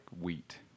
wheat